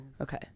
Okay